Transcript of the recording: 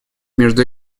между